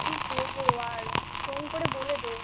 কী করবো আর ফোন করে বলে দে